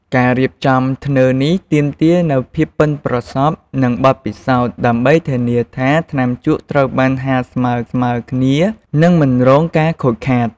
ការរៀបចំធ្នើរនេះទាមទារនូវភាពប៉ិនប្រសប់ និងបទពិសោធន៍ ដើម្បីធានាថាថ្នាំជក់ត្រូវបានហាលស្មើៗគ្នា និងមិនរងការខូចខាត។